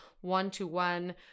one-to-one